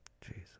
Jesus